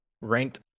ranked